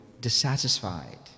dissatisfied